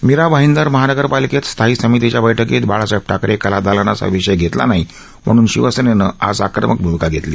मीरा भाईदर महानगरपालिकेत स्थायी समितीच्या बैठकीत बाळासाहेब ठाकरे कलादालनाचा विषय घेतला नाही म्हणून शिवसेनेनं आज आक्रमक भूमिका घेतली